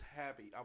happy